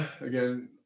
again